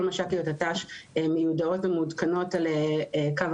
כל מש"קיות הת"ש מיועדות ומעודכנות על קו